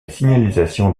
signalisation